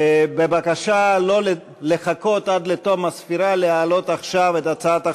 בבקשה שלא לחכות עד לתום הספירה ולהעלות עכשיו את הצעת החוק,